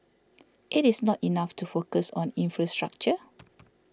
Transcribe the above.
it is not enough to focus on infrastructure